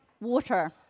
water